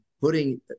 putting